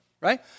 right